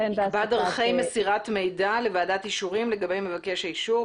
דרכי מסירת מידע לוועדת אישורים לגבי מבקש האישור,